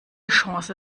chance